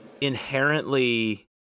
inherently